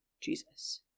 Jesus